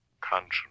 conscience